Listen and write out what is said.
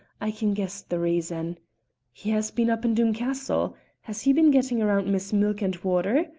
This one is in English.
i can guess the reason he has been up in doom castle has he been getting round miss milk-and-water?